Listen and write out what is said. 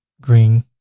green,